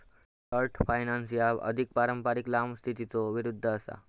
short finance ह्या अधिक पारंपारिक लांब स्थितीच्यो विरुद्ध असा